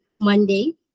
Monday